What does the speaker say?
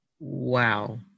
wow